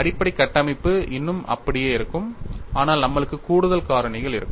அடிப்படை கட்டமைப்பு இன்னும் அப்படியே இருக்கும் ஆனால் நம்மளுக்கு கூடுதல் காரணிகள் இருக்கும்